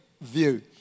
view